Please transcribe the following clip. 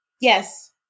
yes